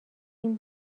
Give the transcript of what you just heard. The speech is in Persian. این